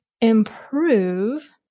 improve